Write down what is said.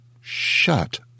Shut